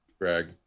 Greg